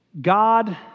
God